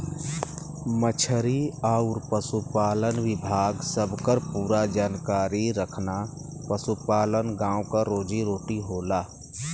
मछरी आउर पसुपालन विभाग सबकर पूरा जानकारी रखना पसुपालन गाँव क रोजी रोटी होला